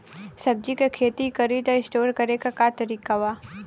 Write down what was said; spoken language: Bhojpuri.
सब्जी के खेती करी त स्टोर करे के का तरीका बा?